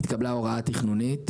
התקבלה הוראה תכנונית,